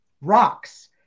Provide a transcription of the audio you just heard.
rocks